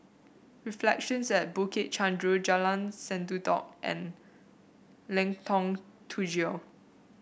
Reflections at Bukit Chandu Jalan Sendudok and Lengkong Tujuh